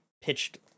pitched